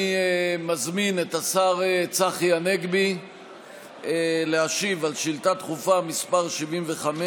אני מזמין את השר צחי הנגבי להשיב על שאילתה דחופה מס' 75,